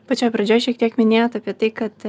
pačioj pradžioj šiek tiek minėjot apie tai kad